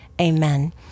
Amen